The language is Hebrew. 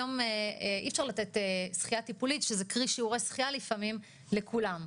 היום אי אפשר לתת שחייה טיפולית שזה שיעורי שחייה לפעמים לכולם,